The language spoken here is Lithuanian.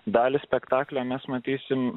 dalį spektaklio mes matysime